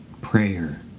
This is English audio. prayer